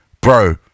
bro